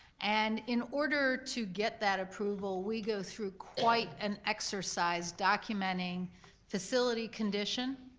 and in order to get that approval, we go through quite an exercise documenting facility condition,